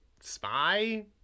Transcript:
spy